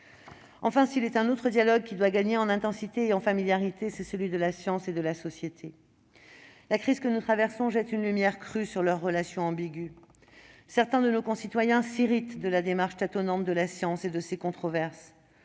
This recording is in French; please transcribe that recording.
rapide. S'il est un autre dialogue qui doit gagner en intensité et en familiarité, c'est celui de la science et de la société. La crise que nous traversons jette une lumière crue sur leurs relations ambiguës : certains de nos concitoyens s'irritent de la démarche tâtonnante de la science et de ses controverses,